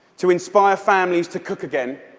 to inspire families to cook again,